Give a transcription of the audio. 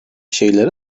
şeyleri